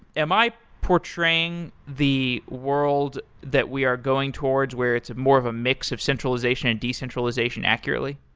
am i portraying the world that we are going towards where it's more of a mix of centralization and decentralization accurately?